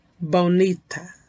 Bonita